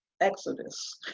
exodus